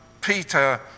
Peter